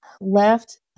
left